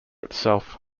itself